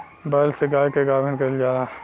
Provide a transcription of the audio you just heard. बैल से गाय के गाभिन कइल जाला